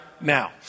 now